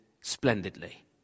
splendidly